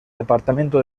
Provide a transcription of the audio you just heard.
departamento